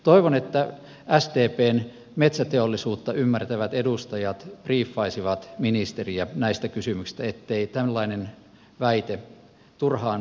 toivon että sdpn metsäteollisuutta ymmärtävät edustajat briiffaisivat ministeriä näistä kysymyksistä ettei tällainen väite turhaan toistu